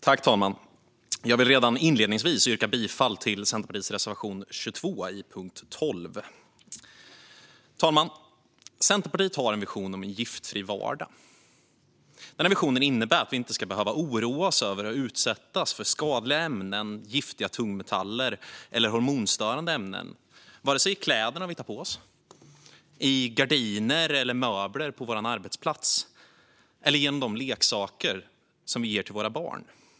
Fru talman! Jag vill redan inledningsvis yrka bifall till Centerpartiets reservation 22 under punkt 12. Fru talman! Centerpartiet har en vision om en giftfri vardag. Den visionen innebär att vi inte ska behöva oroa oss över att utsättas för skadliga ämnen, giftiga tungmetaller eller hormonstörande ämnen vare sig i kläderna vi tar på oss, i gardiner och möbler på arbetsplatsen eller i leksakerna vi ger till våra barn.